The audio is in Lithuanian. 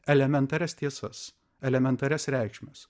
elementarias tiesas elementarias reikšmes